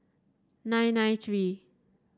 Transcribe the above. nine nine three